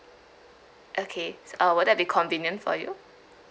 okay s~ uh will that be convenient for you